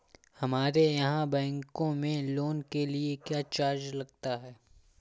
हमारे यहाँ बैंकों में लोन के लिए क्या चार्ज लगता है?